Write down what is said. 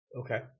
okay